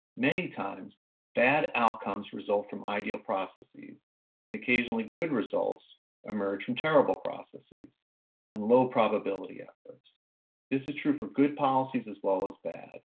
many times bad outcomes result from ideal processes and occasionally good results emerge from terrible processes and low probability efforts. this is true for good policies as well as bad,